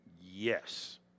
yes